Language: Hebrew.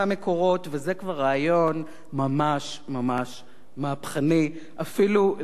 וזה כבר רעיון ממש מהפכני, אפילו לשיטתי.